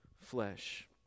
flesh